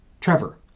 Trevor